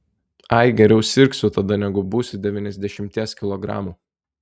ai geriau sirgsiu tada negu busiu devyniasdešimties kilogramų